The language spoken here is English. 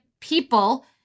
people